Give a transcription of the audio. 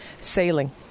sailing